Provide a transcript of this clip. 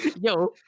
Yo